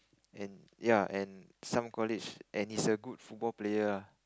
and ya and some college and he's a good football player